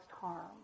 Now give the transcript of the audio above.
harm